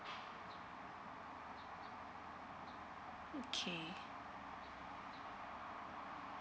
okay